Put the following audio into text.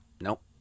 Nope